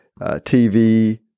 TV